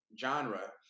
genre